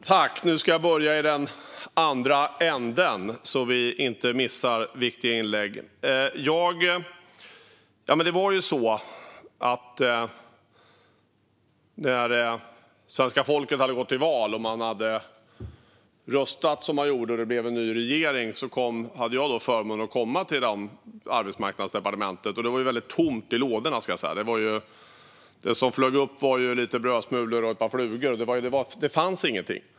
Fru talman! Nu ska jag börja i den andra änden så att vi inte missar viktiga inlägg. När svenska folket hade gått till val och röstat som det gjorde blev det en ny regering. Jag hade då förmånen att komma till Arbetsmarknadsdepartementet. Det var väldigt tomt i lådorna. Det som flög upp var lite brödsmulor och ett par flugor. Det fanns ingenting.